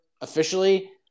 officially